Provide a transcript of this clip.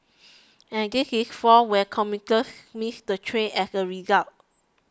and this is for when commuters miss the train as a result